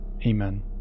Amen